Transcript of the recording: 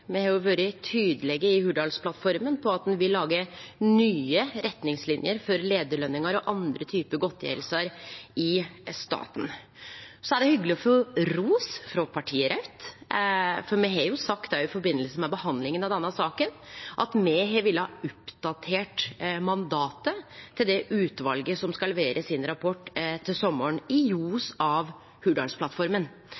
Me har vore tydelege i Hurdalsplattforma på at me vil lage nye retningslinjer for leiarløningar og andre typar godtgjersler i staten. Det er hyggeleg å få ros frå partiet Raudt, for me har jo sagt i samband med behandlinga av denne saka at me vil oppdatere mandatet til det utvalet som skal levere rapporten sin til sommaren, i